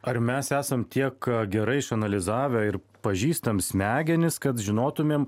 ar mes esam tiek gerai išanalizavę ir pažįstam smegenis kad žinotumėm